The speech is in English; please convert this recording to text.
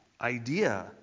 idea